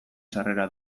sarrera